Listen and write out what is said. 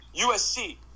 USC